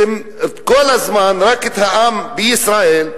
את העם בישראל,